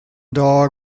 dog